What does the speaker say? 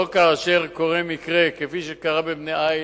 לא כאשר קורה מקרה כפי שקרה בבני-עי"ש,